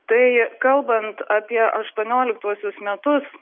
tai kalbant apie aštuonioliktuosius metus